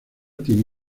tiene